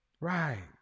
Right